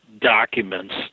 documents